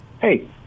hey